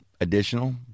additional